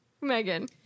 Megan